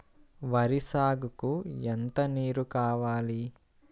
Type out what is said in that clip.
వరి సాగుకు ఎంత నీరు కావాలి?